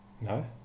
No